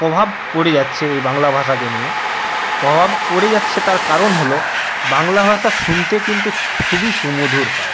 প্রভাব পড়ে যাচ্ছে এই বাংলা ভাষাকে নিয়ে প্রভাব পড়ে যাচ্ছে তার কারণ হল বাংলা ভাষা শুনতে কিন্তু খুবই সুমধুর হয়